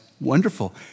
Wonderful